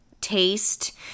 Taste